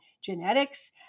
genetics